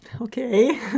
Okay